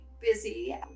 busy